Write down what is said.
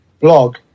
blog